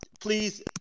Please